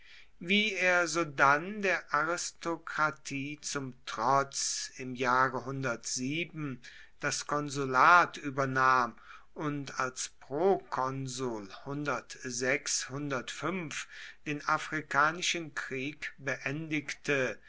wie er sodann der aristokratie zum trotz im jahre das konsulat übernahm und als prokonsul den afrikanischen krieg beendigte